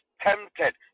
tempted